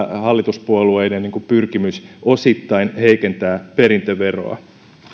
hallituspuolueiden pyrkimys osittain heikentää perintöveroa